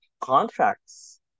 contracts